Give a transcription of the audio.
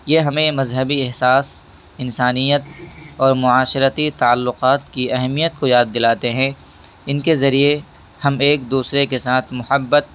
یہ ہمیں مذہبی احساس انسانیت اور معاشرتی تعلقات کی اہمیت کو یاد دلاتے ہیں ان کے ذریعے ہم ایک دوسرے کے ساتھ محبت